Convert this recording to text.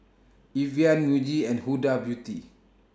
Evian Muji and Huda Beauty